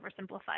oversimplified